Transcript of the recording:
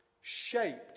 Shaped